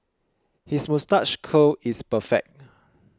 his moustache curl is perfect